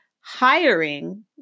hiring